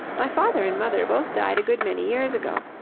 my father and mother both died a good many years ago.